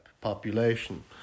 population